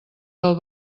del